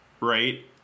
right